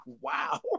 wow